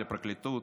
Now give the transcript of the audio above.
על הפרקליטות,